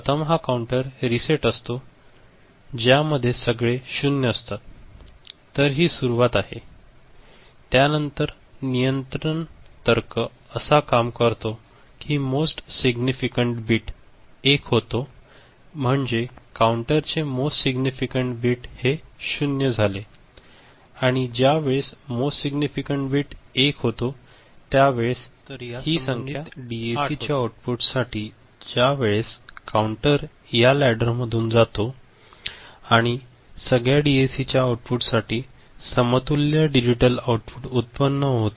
प्रथम हा counter reset असतो ज्या मध्ये सगळे 0 असतात तर हि सुरुवात आहे त्यानंतर नियंत्रण तर्क असा काम करतो की मोस्ट सिग्निफिकंण्ड बिट 1 होतो म्हणजे काउंटर चे मोस्ट सिग्निफिकंड बिट हे 0 झाले आणि ज्या वेळेस मोस्ट सिग्निफिकंड बिट 1 होते त्या वेळेस ही संख्या 8 होते तर या संबंधित डीएसी चे आउटपुट साठी ज्या वेळेस काउंटर या लॅडर मधून जातो आणि सगळ्या डीएसी च्या आउटपुटसाठी समतुल्य डिजिटल आउटपुट उत्पन्न होते